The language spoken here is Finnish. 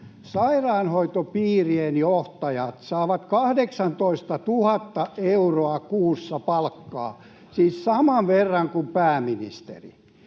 sairaanhoitopiirien johtajat saavat 18 000 euroa kuussa palkkaa, siis saman verran kuin pääministeri,